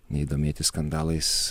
nei domėtis skandalais